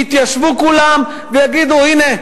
יתיישבו כולם ויגידו: הנה,